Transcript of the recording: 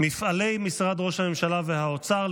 מפעלי משרד ראש הממשלה והאוצר,